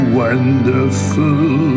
wonderful